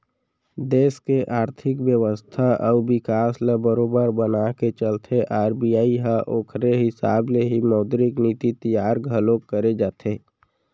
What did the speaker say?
देस के आरथिक बेवस्था अउ बिकास ल बरोबर बनाके चलथे आर.बी.आई ह ओखरे हिसाब ले ही मौद्रिक नीति तियार घलोक करे जाथे